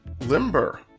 Limber